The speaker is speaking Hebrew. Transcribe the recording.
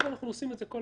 הבנקים לא מסכימים לזה?